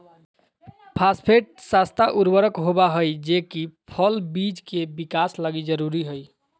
phosphate सस्ता उर्वरक होबा हइ जे कि फल बिज के विकास लगी जरूरी हइ